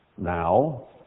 now